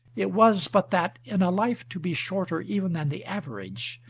it was but that, in a life to be shorter even than the average,